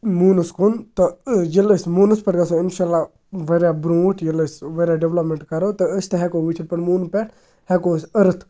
موٗنَس کُن تہٕ ییٚلہِ أسۍ موٗنَس پٮ۪ٹھ گژھو اِنشاء اللہ واریاہ برٛونٛٹھ ییٚلہِ أسۍ واریاہ ڈٮ۪ولَپمٮ۪نٛٹ کَرو تہٕ أسۍ تہِ ہٮ۪کو وٕچھِتھ پَتہٕ موٗنہٕ پٮ۪ٹھ ہٮ۪کو أسۍ أرتھ